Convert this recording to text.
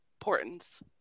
importance